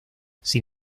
sin